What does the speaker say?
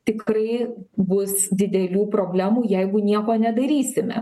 tikrai bus didelių problemų jeigu nieko nedarysime